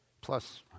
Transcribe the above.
plus